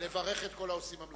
לברך את כל העושים במלאכה.